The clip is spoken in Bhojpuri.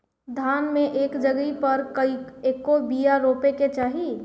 धान मे एक जगही पर कएगो बिया रोपे के चाही?